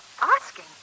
asking